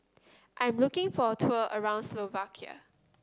I am looking for a tour around Slovakia